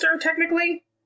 technically